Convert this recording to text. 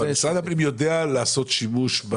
אבל משרד הפנים יודע לעשות שימוש,